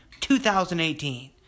2018